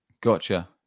Gotcha